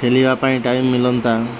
ଖେଳିବା ପାଇଁ ଟାଇମ୍ ମିଳନ୍ତା